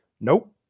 nope